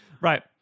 Right